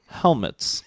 helmets